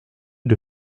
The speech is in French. des